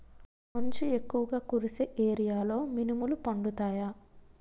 మంచు ఎక్కువుగా కురిసే ఏరియాలో మినుములు పండుతాయా?